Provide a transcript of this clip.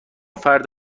فرد